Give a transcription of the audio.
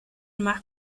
más